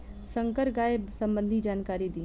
संकर गाय संबंधी जानकारी दी?